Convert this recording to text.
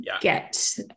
get